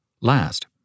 Last